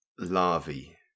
larvae